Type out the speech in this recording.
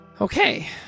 Okay